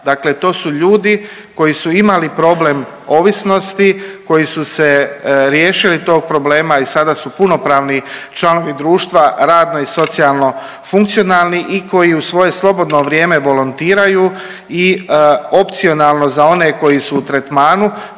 dakle to su ljudi koji su imali problem ovisnosti koji su se riješili tog problema i sada su punopravni članovi društva, radno i socijalno funkcionalni i koji u svoje slobodno vrijeme volontiraju i opcionalno za one koji su u tretmanu